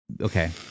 Okay